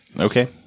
Okay